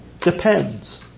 depends